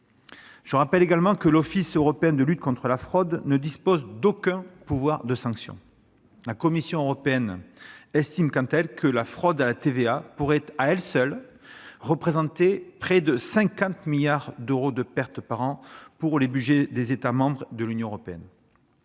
Je rappelle également que l'Office européen de lutte antifraude ne dispose d'aucun pouvoir de sanction. La Commission européenne estime quant à elle que la fraude à la TVA pourrait, à elle seule, représenter près de 50 milliards d'euros de pertes par an pour les budgets des États membres de l'Union européenne.